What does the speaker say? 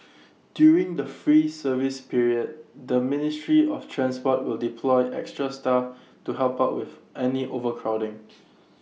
during the free service period the ministry of transport will deploy extra staff to help up with any overcrowding